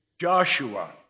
Joshua